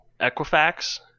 Equifax